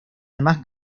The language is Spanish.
además